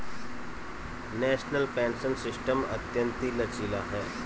national pension system अत्यंत लचीला है